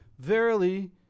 Verily